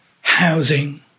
housing